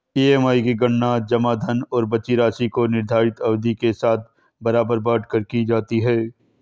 EMI की गणना जमा धन और बची राशि को निर्धारित अवधि के साथ बराबर बाँट कर की जाती है